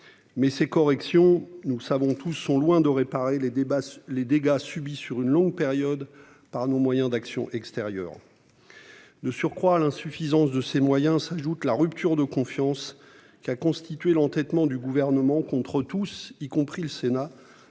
Mais ces corrections, nous le savons tous, sont loin de réparer les dégâts subis sur une longue période par nos moyens d'action extérieure. De surcroît, à l'insuffisance des moyens s'ajoute la rupture de confiance qu'a provoquée l'entêtement du Gouvernement à mettre en cause envers